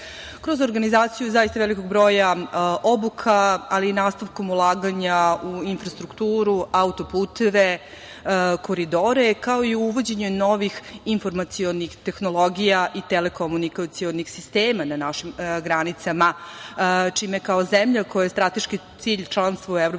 kroz organizaciju zaista velikog broja obuka, ali i nastavkom ulaganja u infrastrukturu, autoputeve, koridore, kao i uvođenje novih informacionih tehnologija i telekomunikacionih sistema na našim granicama, čime se kao zemlja kojoj je strateški cilj članstvo u EU